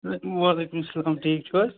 وعلیکُم سلام ٹھیٖک چھِو حَظ